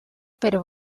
per